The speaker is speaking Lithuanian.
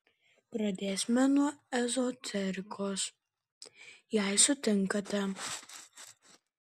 pradėsime nuo ezoterikos jei sutinkate